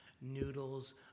noodles